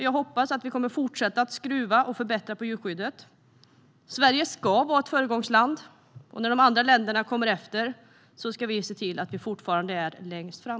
Jag hoppas att vi kommer att skruva på och förbättra djurskyddet än mer. Sverige ska vara ett föregångsland. När andra länder kommer efter ska vi se till att vi fortfarande finns längst fram.